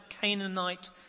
Canaanite